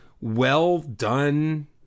well-done